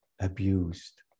abused